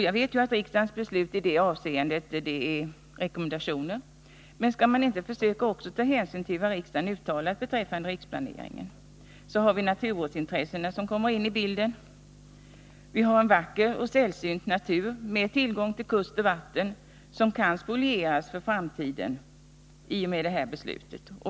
Jag vet att riksdagens beslut i det avseendet är rekommendationer, men skall man inte också försöka ta hänsyn till vad riksdagen uttalat beträffande riksplaneringen? Vidare kommer naturvårdsintressena in i bilden. Vi har i området en vacker och sällsynt natur med tillgång till kust och vatten, som i och med det här beslutet kan spolieras för framtiden.